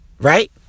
Right